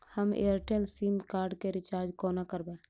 हम Airtel sim card केँ recharge कोना करबै?